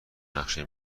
نقشه